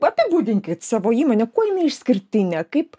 apibūdinkit savo įmonę kuo jinai išskirtinė kaip